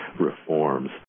reforms